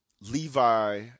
levi